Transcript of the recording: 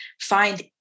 find